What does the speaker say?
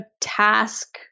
task